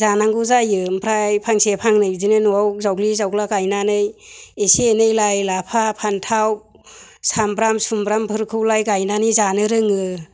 जानांगौ जायो ओमफ्राय फांसे फांनै बिदिनो न'आव जावग्लि जावग्ला गायनानै एसे एनै लाइ लाफा फान्थाव साम्ब्राम सुम्ब्रामफोरखौलाय गायनानै जानो रोङो